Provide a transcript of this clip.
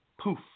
Poof